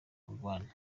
mignonne